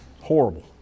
Horrible